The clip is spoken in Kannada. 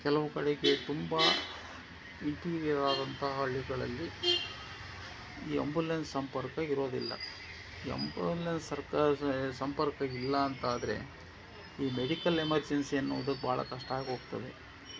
ಕೆಲವು ಕಡೆಗೆ ತುಂಬ ಇಂಟೀರಿಯರ್ ಆದಂತಹ ಹಳ್ಳಿಗಳಲ್ಲಿ ಈ ಅಂಬುಲೆನ್ಸ್ ಸಂಪರ್ಕ ಇರೋದಿಲ್ಲ ಈ ಅಂಬುಲೆನ್ಸ್ ಸರ್ಕಾರದ ಸಂಪರ್ಕ ಇಲ್ಲ ಅಂತಾದರೆ ಈ ಮೆಡಿಕಲ್ ಎಮರ್ಜೆನ್ಸಿ ಅನ್ನುವುದು ಭಾಳ ಕಷ್ಟ ಆಗೋಗ್ತದೆ